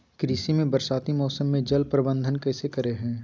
कृषि में बरसाती मौसम में जल प्रबंधन कैसे करे हैय?